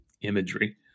imagery